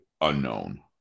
unknown